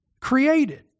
created